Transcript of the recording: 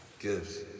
Gifts